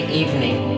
evening